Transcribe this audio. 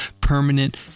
permanent